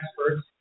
experts